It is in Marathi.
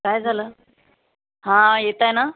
काय झालं हां येत आहे ना